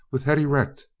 with head erect.